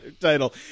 Title